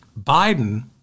Biden